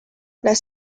las